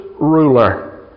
ruler